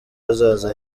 hazaza